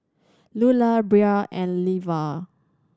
Lulah Bria and Leva